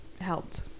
helped